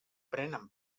prenen